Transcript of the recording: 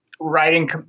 writing